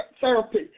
therapy